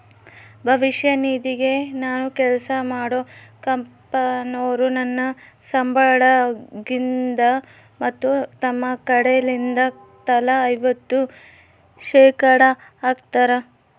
ಭವಿಷ್ಯ ನಿಧಿಗೆ ನಾನು ಕೆಲ್ಸ ಮಾಡೊ ಕಂಪನೊರು ನನ್ನ ಸಂಬಳಗಿಂದ ಮತ್ತು ತಮ್ಮ ಕಡೆಲಿಂದ ತಲಾ ಐವತ್ತು ಶೇಖಡಾ ಹಾಕ್ತಾರ